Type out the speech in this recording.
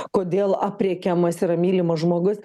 kodėl aprėkiamas yra mylimas žmogus